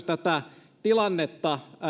tätä tilannetta